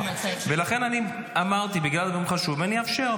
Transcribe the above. לכן אני אמרתי שבגלל הדברים החשובים אני אאפשר,